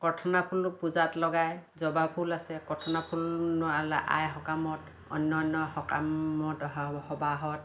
কঠনা ফুলটো পূজাত লগায় জবা ফুল আছে কঠনা ফুল আই সকামত অন্য অন্য সকামত অহা সবাহত